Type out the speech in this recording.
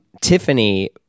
Tiffany